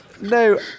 No